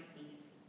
peace